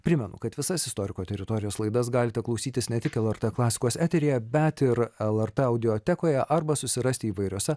primenu kad visas istoriko teritorijos laidas galite klausytis ne tik lrt klasikos eteryje bet ir lrt audiotekoje arba susirasti įvairiose